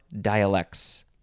dialects